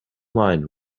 mind